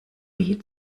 wie